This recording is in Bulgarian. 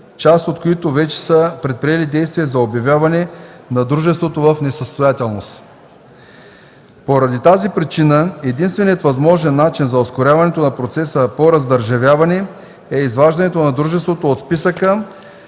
част от които вече са предприели действия за обявяване на дружеството в несъстоятелност. Поради тази причина единственият възможен начин за ускоряване на процеса по раздържавяване е изваждането на дружеството от списъка